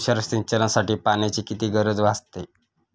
तुषार सिंचनासाठी पाण्याची किती गरज भासते?